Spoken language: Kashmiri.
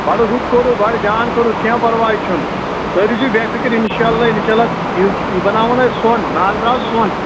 بڈٕ رُت کوٚروٕ بڈٕ جان کوٚروٕ کیٚنٛہہ پرواے چھُنہٕ تُہۍ روٗزِِو بےٚ فِکِر اِنشا اللہ اِنشا اللہ یہِ بناوہون أسۍ سۅن نار درٛاو سۅن